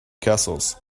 castles